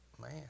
Man